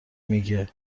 میگی